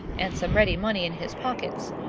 and some ready money in his pockets,